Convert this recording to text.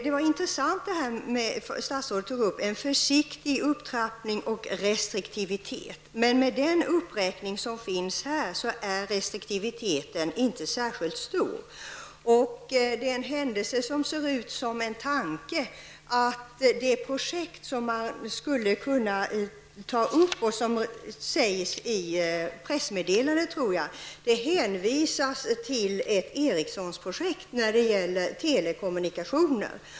Det var intressant att statsrådet nämnde en försiktig upptrappning och restriktivitet. Men med den uppräkning som finns här är restriktiviteten inte särskilt stor. Det är en händelse som ser ut som en tanke att det projekt som man skall ta upp och som jag tror nämns i ett pressmeddelande är ett Ericsson-projekt när det gäller telekommunikation.